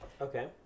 Okay